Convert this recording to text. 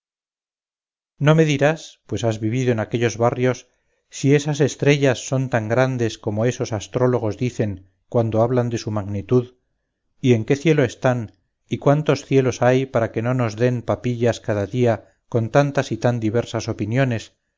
no me dirás pues has vivido en aquellos barrios si esas estrellas son tan grandes como esos astrólogos dicen cuando hablan de su magnitud y en qué cielo están y cuantos cielos hay para que no nos den papillas cada día con tantas y tan diversas opiniones